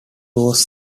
was